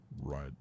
right